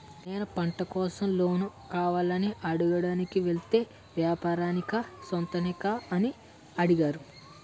నేను పంట కోసం లోన్ కావాలని అడగడానికి వెలితే వ్యాపారానికా సొంతానికా అని అడిగారు